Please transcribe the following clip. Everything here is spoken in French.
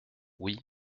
oui